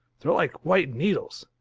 they're like white needles.